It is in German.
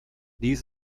dies